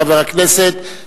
חבר הכנסת,